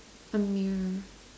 a mirror